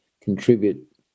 contribute